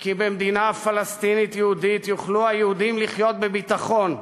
כי במדינה פלסטינית יהודית יוכלו היהודים לחיות בביטחון.